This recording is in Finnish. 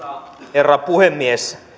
herra puhemies